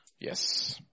Yes